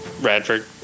Radford